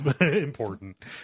important